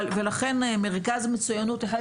ולכן מרכז מצוינות אחד,